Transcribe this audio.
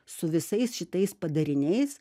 su visais šitais padariniais